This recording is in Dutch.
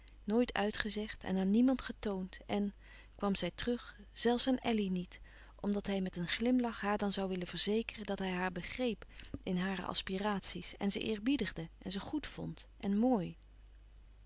nooit uitgezegd en aan niemand getoond en kwam zij terug zelfs aan elly niet omdat hij met een glimlach haar dan zoû willen verzekeren dat hij haar begreep in hare aspiraties en ze eerbiedigde en ze goed vond en mooi